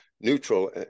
neutral